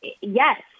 yes